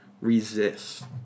resist